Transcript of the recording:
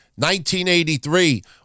1983